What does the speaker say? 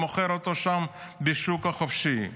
מוכר אותו שם בשוק החופשי.